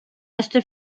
reste